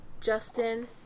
Justin